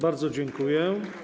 Bardzo dziękuję.